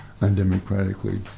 undemocratically